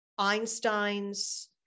Einstein's